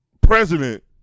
president